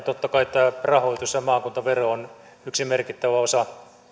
totta kai tämä rahoitus maakuntavero on yksi merkittävä osa